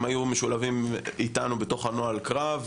הם היו משולבים אתנו בתוך נוהל הקרב,